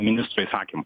ministro įsakymu